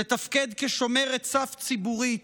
לתפקד כשומרת סף ציבורית